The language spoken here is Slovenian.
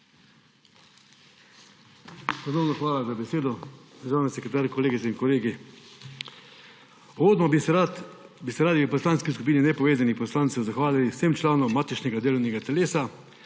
Ponovno hvala za besedo. Državni sekretar, kolegice in kolegi! Uvodno bi se radi v Poslanski skupini nepovezanih poslancev zahvalili vsem članov matičnega delovnega telesa,